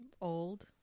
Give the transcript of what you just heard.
Old